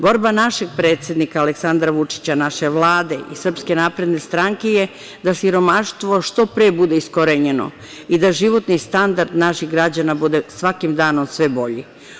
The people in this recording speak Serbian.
Borba našeg predsednika Aleksandra Vučića, naše Vlade i SNS je da siromaštvo što pre bude iskorenjeno i da životni standard naših građana bude svakim danom sve bolji.